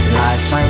life